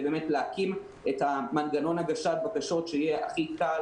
להקים את מנגנון הגשת הבקשות שיהיה הכי קל,